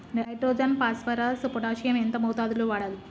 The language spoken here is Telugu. నైట్రోజన్ ఫాస్ఫరస్ పొటాషియం ఎంత మోతాదు లో వాడాలి?